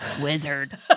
wizard